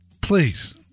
please